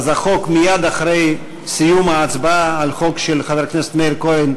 אז מייד אחרי סיום ההצבעה על החוק של חבר הכנסת מאיר כהן,